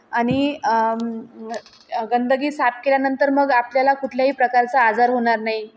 आणि गंदगी साफ केल्यानंतर मग आपल्याला कुठल्याही प्रकारचा आजार होणार नाही